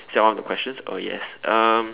is that one of the questions oh yes um